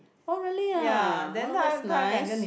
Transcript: oh really ah oh that's nice